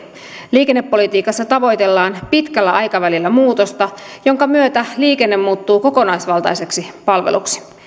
liikennepolitiikassa tavoitellaan pitkällä aikavälillä muutosta jonka myötä liikenne muuttuu kokonaisvaltaiseksi palveluksi